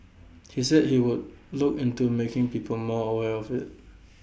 he said he would look into making people more aware of IT